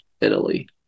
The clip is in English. italy